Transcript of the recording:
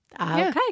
Okay